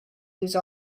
use